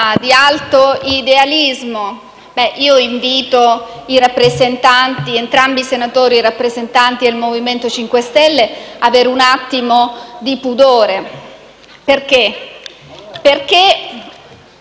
di alto idealismo. Invito però entrambi i senatori, rappresentanti del Movimento 5 Stelle, ad avere un attimo di pudore. Va benissimo